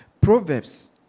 Proverbs